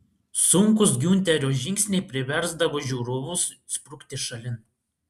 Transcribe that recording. sunkūs giunterio žingsniai priversdavo žiūrovus sprukti šalin